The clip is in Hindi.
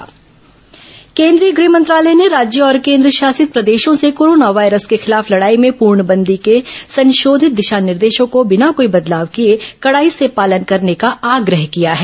कोरोना गृह मंत्रालय दिशा निर्देश केंद्रीय गृह मंत्रालय ने राज्यों और केंद्रशासित प्रदेशों से कोरोना वायरस के खिलाफ लड़ाई में पूर्णबंदी के संशोधित दिशा निर्देशों को बिना कोई बदलाव किए कड़ाई से पालन करने का आग्रह किया है